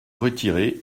retirer